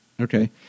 Okay